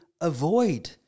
avoid